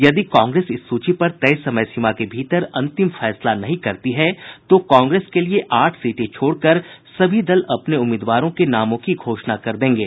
यदि कांग्रेस इस सूची पर तय समय सीमा के भीतर अंतिम फैसला नहीं करती है तो कांग्रेस के लिए आठ सीटें छोड़कर सभी दल अपने उम्मीदवारों के नामों की घोषणा कर देंगे